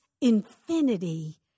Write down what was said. infinity